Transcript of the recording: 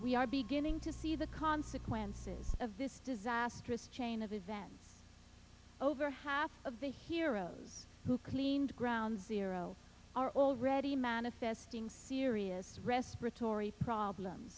we are beginning to see the consequences of this disastrous chain of events over half of the heroes who cleaned ground zero are already manifesting serious respiratory problems